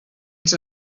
sie